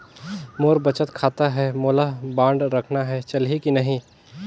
मोर बचत खाता है मोला बांड रखना है चलही की नहीं?